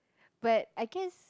but I guess